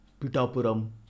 Pitapuram